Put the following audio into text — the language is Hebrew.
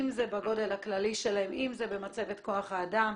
אם בגודלם הכללי ואם במצבת כוח האדם,